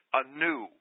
anew